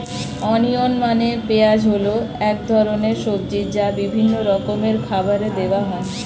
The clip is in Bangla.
অনিয়ন মানে পেঁয়াজ হল এক ধরনের সবজি যা বিভিন্ন রকমের খাবারে দেওয়া হয়